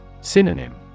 Synonym